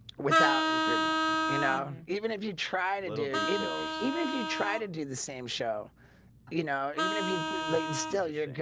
without improvement, you know even if you try to dear you know even if you try to do the same show you know even if you like can still you're good.